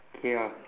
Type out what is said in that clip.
okay ah